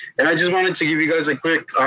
and i just wanted to give you guys a quick,